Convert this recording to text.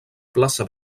plaça